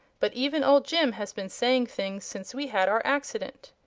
but even old jim has been saying things since we had our accident.